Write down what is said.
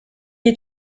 est